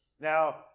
Now